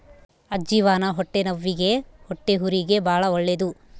ಅಜ್ಜಿವಾನ ಹೊಟ್ಟೆನವ್ವಿಗೆ ಹೊಟ್ಟೆಹುರಿಗೆ ಬಾಳ ಒಳ್ಳೆದು